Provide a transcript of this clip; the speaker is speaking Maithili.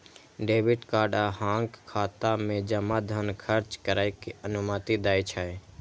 डेबिट कार्ड अहांक खाता मे जमा धन खर्च करै के अनुमति दै छै